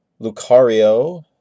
Lucario